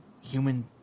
human